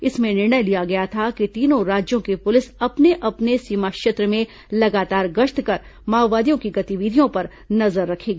इसमें निर्णय लिया गया था कि तीनों राज्यों की पुलिस अपने अपने सीमा क्षेत्र में लगातार गश्त कर माओवादियों की गतिविधियों पर नजर रखेगी